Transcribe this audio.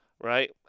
right